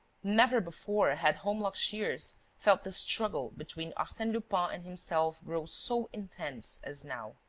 never before had holmlock shears felt the struggle between arsene lupin and himself grow so intense as now.